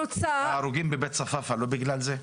ההורים בבית צפאפא לא בגלל זה?